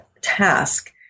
task